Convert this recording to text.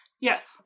Yes